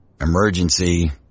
emergency